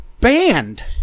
banned